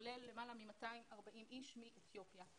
כולל למעלה מ-240 אנשים מאתיופיה.